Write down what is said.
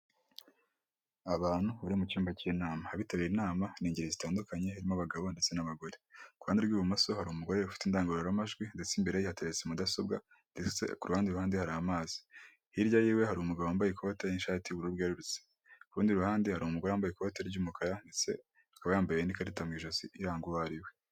Abantu bari mu cyumba cy'inama abitabiriye inama ni'geri zitandukanye, haririmo abagabo ndetse n'abagore. Kuhande rw'ibumoso hari umugore ufite indangururamajwi, ndetse imbere yateretse mudasobwa ku ruhandehande hari amazi hirya yiwe hari umugabo wambaye ikote ry'ishati yuubururu bwerurutse. kurundi ruhande hari umugore wambaye ikoti ry'umukara ndetse akaba yambaye n'ikarita mu ijosi irangagu uwo ari we.